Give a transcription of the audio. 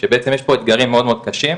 שבעצם יש כאן דברים מאוד מאוד קשים.